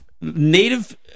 native